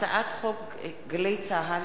הצעת חוק גלי צה"ל,